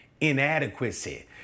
inadequacy